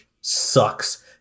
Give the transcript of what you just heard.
sucks